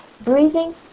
Breathing